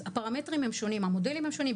הפרמטרים הם שונים, המודלים הם שונים.